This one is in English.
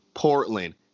Portland